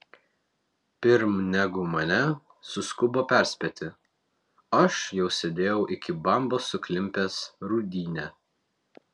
pirm negu mane suskubo perspėti aš jau sėdėjau iki bambos suklimpęs rūdyne